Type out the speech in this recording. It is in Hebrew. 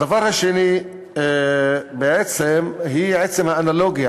הדבר השני הוא עצם האנלוגיה,